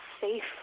safe